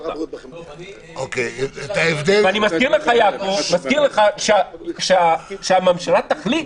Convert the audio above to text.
ואני מזכיר לך, יעקב, כשהממשלה תחליט,